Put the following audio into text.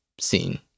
seen